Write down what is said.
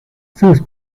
sus